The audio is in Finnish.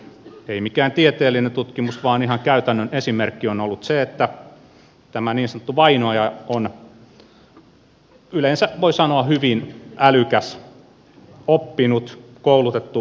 ei mikään tieteellinen tutkimus vaan ihan käytännön esimerkki on ollut se että niin sanottu vainoaja on yleensä voi sanoa hyvin älykäs oppinut koulutettu ihminen